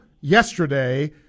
yesterday